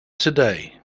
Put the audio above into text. today